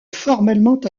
formellement